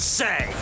say